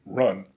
run